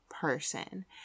person